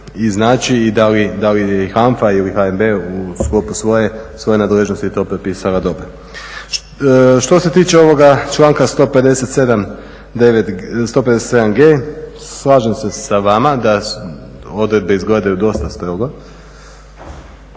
i znači i da li je HANFA ili HNB u sklopu svoje nadležnosti to propisala dobro. Što se tiče ovoga članka 157.g slažem se sa vama da odredbe izgledaju dosta strogo.